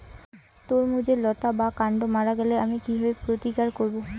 তরমুজের লতা বা কান্ড মারা গেলে আমি কীভাবে প্রতিকার করব?